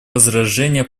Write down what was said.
возражения